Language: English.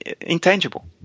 intangible